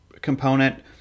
component